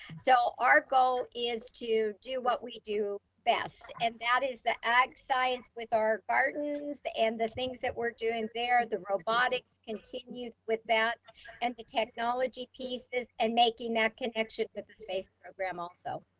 so our goal is to do what we do best, and that is the act science with our gardens and the things that we're doing there. the robotics continue with that and the technology pieces and making that connection with the space program also.